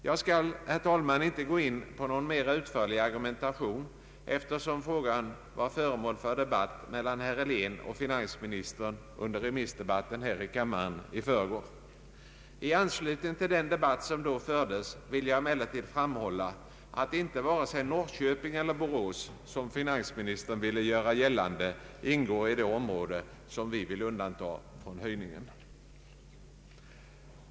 Jag skall, herr talman, inte gå in på någon mera utförlig argumentering eftersom frågan var föremål för debatt mellan herr Helén och finansministern under remissdebatten här i förrgår. I anslutning till den debatt som då fördes vill jag emellertid framhålla att inte vare sig Norrköping eller Borås såsom finansministern ville göra gällande ingår i det område som vi vill undanta från höjningen.